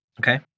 Okay